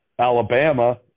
Alabama